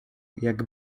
jak